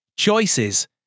Choices